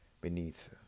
beneath